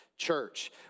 Church